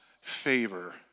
favor